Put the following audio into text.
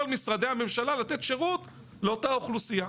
משרדי הממשלה לתת שירות לאותה אוכלוסייה.